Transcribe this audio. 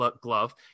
glove